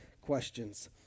Questions